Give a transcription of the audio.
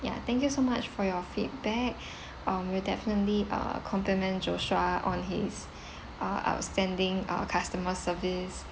ya thank you so much for your feedback um we'll definitely uh compliment joshua on his uh outstanding uh customer service